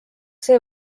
see